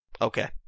Okay